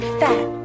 fat